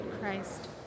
Christ